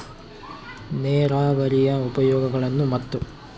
ನೇರಾವರಿಯ ಉಪಯೋಗಗಳನ್ನು ಮತ್ತು?